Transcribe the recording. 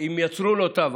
אם יצרו לו תו,